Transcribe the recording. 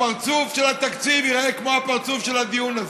הפרצוף של התקציב ייראה כמו הפרצוף של הדיון הזה.